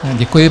Děkuji.